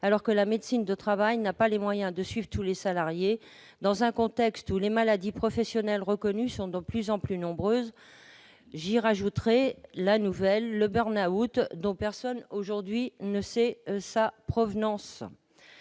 alors que la médecine du travail n'a pas les moyens de suivre tous les salariés, dans un contexte où les maladies professionnelles reconnues sont de plus en plus nombreuses ? Je pense en particulier au burn-out, dont personne aujourd'hui ne connaît l'origine.